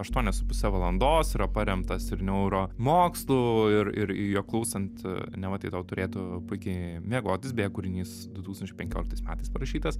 aštuonias su puse valandos yra paremtas ir neuro mokslu ir ir jo klausant neva tai tau turėtų puikiai miegotis beje kūrinys du tūkstančiai penkioliktais metais parašytas